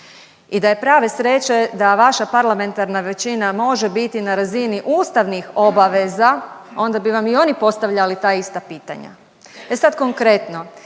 I da je prave sreće da vaša parlamentarna većina može biti na razini ustavnih obaveza, onda bi vam i oni postavljali ta ista pitanja. E sad konkretno.